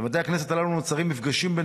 בבתי הכנסת הללו נוצרים מפגשים בין